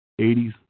80s